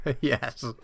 yes